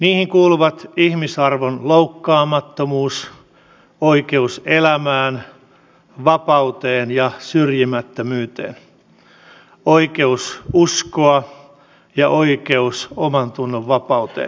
niihin kuuluvat ihmisarvon loukkaamattomuus oikeus elämään vapauteen ja syrjimättömyyteen oikeus uskoa ja oikeus omantunnonvapauteen